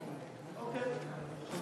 בשבילו.